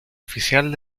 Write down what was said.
oficial